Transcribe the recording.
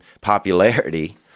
popularity